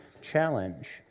Challenge